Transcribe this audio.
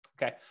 Okay